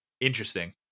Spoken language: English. Interesting